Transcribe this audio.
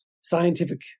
scientific